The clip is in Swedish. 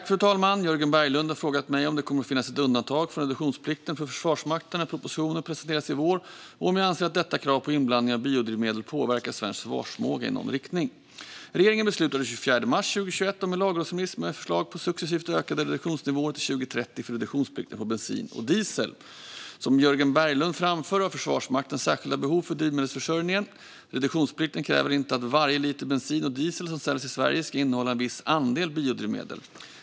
Fru talman! har frågat mig om det kommer att finnas ett undantag från reduktionsplikten för Försvarsmakten när propositionen presenteras i vår och om jag anser att detta krav på inblandning av biodrivmedel påverkar svensk försvarsförmåga i någon riktning. Regeringen beslutade den 24 mars 2021 om en lagrådsremiss med förslag på successivt ökade reduktionsnivåer till 2030 för reduktionsplikten på bensin och diesel. Som Jörgen Berglund framför har Försvarsmakten särskilda behov för drivmedelsförsörjningen. Reduktionsplikten kräver inte att varje liter bensin och diesel som säljs i Sverige ska innehålla en viss andel biodrivmedel.